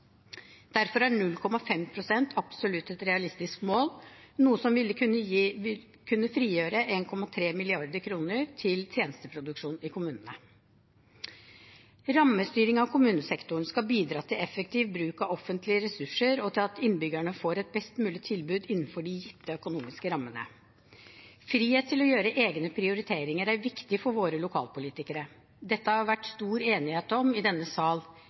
Derfor er 0,5 pst. absolutt et realistisk mål, noe som ville kunne frigjøre 1,3 mrd. kr til tjenesteproduksjon i kommunene. Rammestyring av kommunesektoren skal bidra til effektiv bruk av offentlige ressurser og til at innbyggerne får et best mulig tilbud innenfor de gitte økonomiske rammene. Frihet til å gjøre egne prioriteringer er viktig for våre lokalpolitikere. Dette har det vært stor enighet om i denne sal,